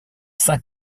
saint